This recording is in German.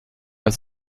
dass